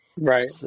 right